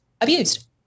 abused